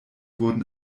wurden